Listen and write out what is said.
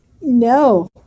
No